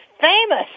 famous